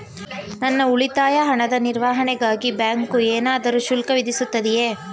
ನನ್ನ ಉಳಿತಾಯ ಹಣದ ನಿರ್ವಹಣೆಗಾಗಿ ಬ್ಯಾಂಕು ಏನಾದರೂ ಶುಲ್ಕ ವಿಧಿಸುತ್ತದೆಯೇ?